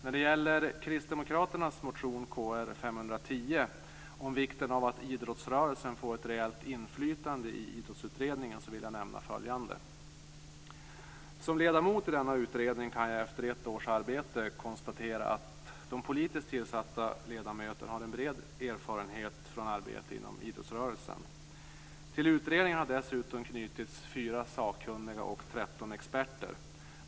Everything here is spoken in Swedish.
När det gäller kristdemokraternas motion Kr510 om vikten av att idrottsrörelsen får ett reellt inflytande i Idrottsutredningen vill jag nämna följande: Som ledamot i denna utredning kan jag efter ett års arbete konstatera att de politiskt tillsatta ledamöterna har en bred erfarenhet från arbete inom idrottsrörelsen. Till utredningen har dessutom knutits 4 sakkunniga och 13 experter.